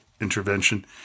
intervention